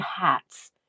hats